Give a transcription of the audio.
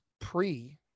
pre-